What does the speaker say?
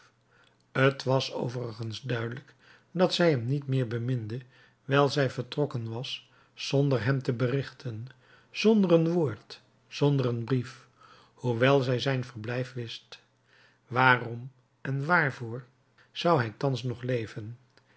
t was overigens duidelijk dat zij hem niet meer beminde wijl zij vertrokken was zonder hem te berichten zonder een woord zonder een brief hoewel zij zijn verblijf wist waarom en waarvoor zou hij thans nog leven